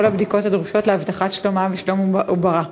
הבדיקות הדרושות להבטחת שלומה ושלום עוברה.